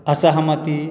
असहमति